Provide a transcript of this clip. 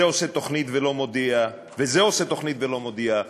זה עושה תוכנית ולא מודיע וזה עושה תוכנית ולא מודיע,